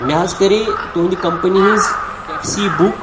مےٚ حظ کَرے تُہٕنٛدِ کَمپٔنی ہٕنٛز ٹیٚکسی بُک